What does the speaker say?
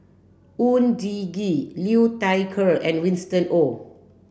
Oon Jin Gee Liu Thai Ker and Winston Oh